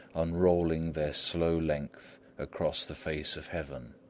unrolling their slow length across the face of heaven.